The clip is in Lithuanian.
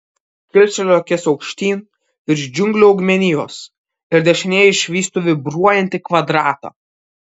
kilsteliu akis aukštyn virš džiunglių augmenijos ir dešinėje išvystu vibruojantį kvadratą